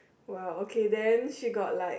well okay then she got like